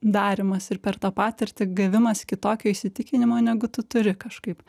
darymas ir per tą patirtį gavimas kitokio įsitikinimo negu tu turi kažkaip